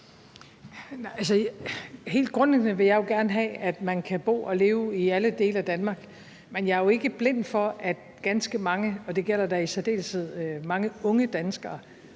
Helt grundlæggende vil jeg jo gerne have, at man kan bo og leve i alle dele af Danmark, men jeg er jo ikke blind for, at ganske mange, og det gælder i særdeleshed mange unge danskere,